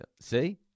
See